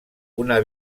una